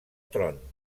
tron